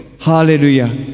Hallelujah